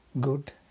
good